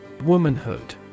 Womanhood